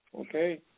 Okay